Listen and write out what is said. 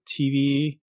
TV